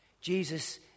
Jesus